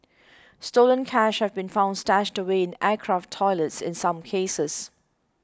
stolen cash have been found stashed away in aircraft toilets in some cases